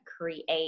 create